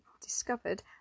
discovered